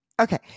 Okay